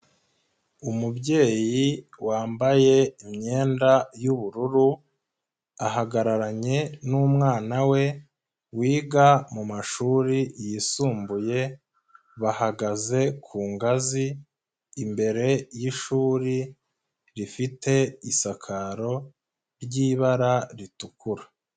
Umubyeyi wambaye imyenda y'ubururu ahagararanye n'umwana we wiga mu mashuri yisumbuye bahagaze ku ngazi imbere y'ishuri rifite isakaro ry'ibara ritukura.